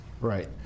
right